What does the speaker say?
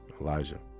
elijah